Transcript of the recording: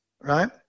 right